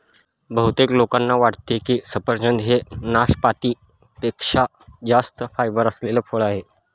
बहुतेक लोकांना वाटते की सफरचंद हे नाशपाती पेक्षा जास्त फायबर असलेले फळ आहे